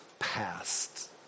past